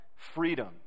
Freedom